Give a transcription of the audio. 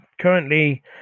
currently